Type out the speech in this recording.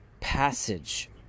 passage